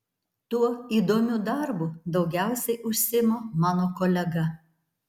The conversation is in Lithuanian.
tuo įdomiu darbu daugiausiai užsiima mano kolega